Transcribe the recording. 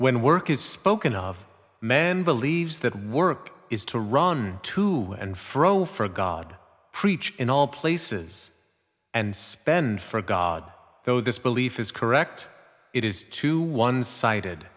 when work is spoken of man believes that work is to run to and fro for god preach in all places and spend for god though this belief is correct it is too one sided